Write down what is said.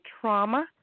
trauma